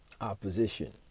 opposition